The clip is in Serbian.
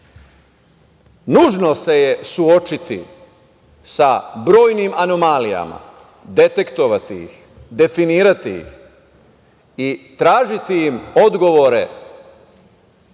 nužno je suočiti se sa brojnim anomalijama, detektovati ih, definirati ih i tražiti im odgovore